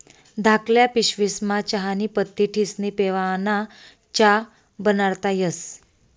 धाकल्ल्या पिशवीस्मा चहानी पत्ती ठिस्नी पेवाना च्या बनाडता येस